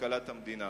ובכלכלת המדינה.